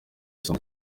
isomo